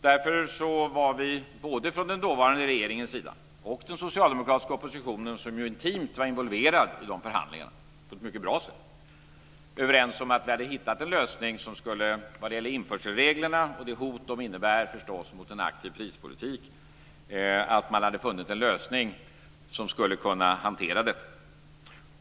Därför var vi, både från den dåvarande regeringens sida och den socialdemokratiska oppositionens, som intimt var involverad i de förhandlingarna på ett mycket bra sätt, överens om att vi hade funnit en lösning som skulle kunna hantera införselreglerna och det hot de förstås innebar mot en aktiv prispolitik.